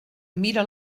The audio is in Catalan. mira